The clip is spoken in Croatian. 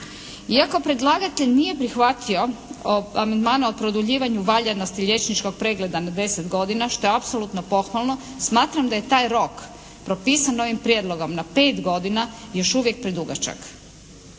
Iako predlagatelj nije prihvatio amandmane o produljivanju valjanosti liječničkog pregleda na 10 godina, što je apsolutno pohvalno smatram da je taj rok propisan ovim prijedlogom na 5 godina još uvijek predugačak.